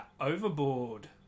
Overboard